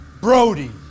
Brody